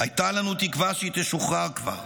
הייתה לנו תקווה שהיא תשוחרר כבר".